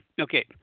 Okay